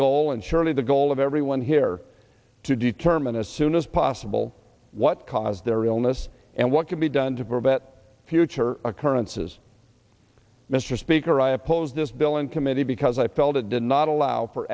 goal and surely the goal of everyone here to determine as soon as possible what caused their illness and what can be done to prevent future occurrences mr speaker i opposed this bill in committee because i felt it did not allow for